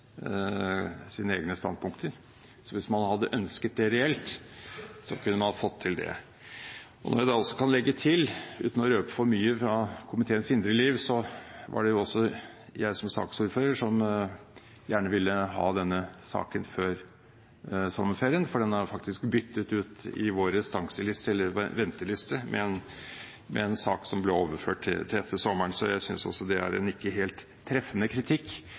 sine egne standpunkter. Hvis man hadde ønsket det reelt, kunne man fått til det. Når jeg da også kan legge til, uten å røpe for mye fra komiteens indre liv, at det var jeg som saksordfører som gjerne ville ha denne saken før sommerferien – den er faktisk byttet ut i vår venteliste med en sak som ble overført til etter sommeren – synes jeg det er en ikke helt treffende kritikk.